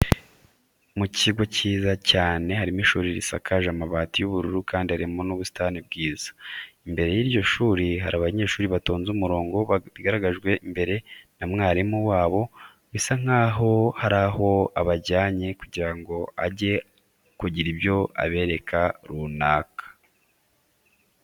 Mu kigo cy'ishuri cyiza cyane harimo ishuri risakaje amabati y'ubururu kandi harimo n'ubusitani bwiza. Imbere y'iryo shuri hari abanyeshuri batonze umurongo barangajwe imbere na mwarimu wabo bisa nkaho hari aho abajyanye kugira ngo ajye kugira ibyo abereka runaka.